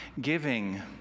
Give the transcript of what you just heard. giving